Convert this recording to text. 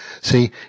see